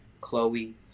Chloe